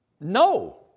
No